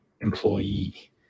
employee